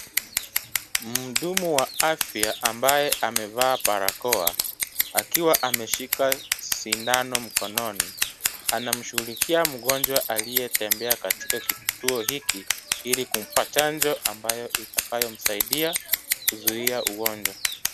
Muhudumu wa afya ambaye amevaa barakoa akiwa ameshika sindano mkononi. Anamshughulikia mgonjwa aliyetembea katika kituo hiki ili kumpa chanjo itakayomsaidia kuzuia ugonjwa.